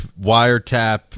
wiretap